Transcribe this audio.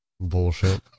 bullshit